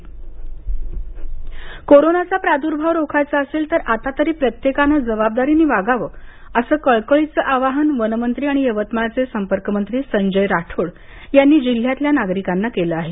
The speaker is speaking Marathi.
माक्माज कोरोनाचा प्राद्भाव रोखायचा असेल तर आता तरी प्रत्येकानं जबाबदारीनं वागावं असं कळकळीचं आवाहन वनमंत्री आणि यवतमाळचे संपर्कमंत्री संजय राठोड यांनी जिल्ह्यातल्या नागरिकांना केलं आहे